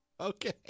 Okay